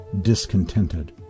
discontented